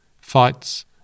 fights